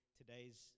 today's